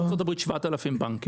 בארצות הברית יש 7000 בנקים.